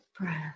breath